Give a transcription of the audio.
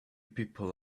people